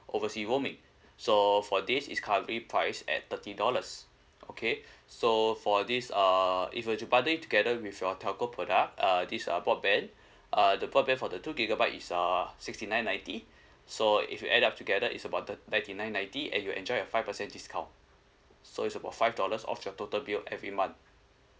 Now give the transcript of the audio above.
overseas roaming so for this is currently priced at thirty dollars okay so for this uh if you were to bundle it together with your telco product uh this uh broadband uh the broadband for the two gigabyte is uh sixty nine ninety so if you add up together is about thir~ thirty nine ninety and you enjoy a five percent discount so it's about five dollars off your total bill every month